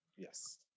Yes